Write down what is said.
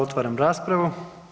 Otvaram raspravu.